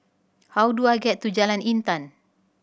how do I get to Jalan Intan